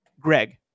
Greg